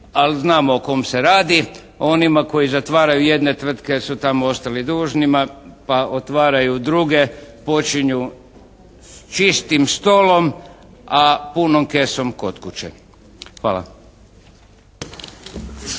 ali znamo o kome se radi. O onima koji zatvaraju jedne tvrtke jer su tamo ostali dužnima pa otvaraju druge, počinju s čistim stolom a punom kesom kod kuće. Hvala.